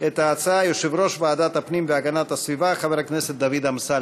את ההצעה יושב-ראש ועדת הפנים והגנת הסביבה חבר הכנסת דוד אמסלם.